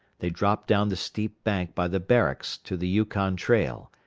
they dropped down the steep bank by the barracks to the yukon trail,